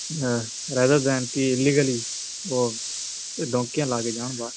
rather than ਕਿ illegally ਓਹ ਡੋਂਕੀਆ ਲਾ ਕੇ ਜਾਣ ਬਾਹਰ